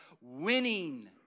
winning